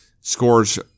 scores –